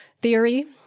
theory